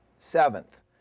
seventh